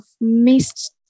missed